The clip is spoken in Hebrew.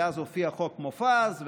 ואז הופיע חוק מופז,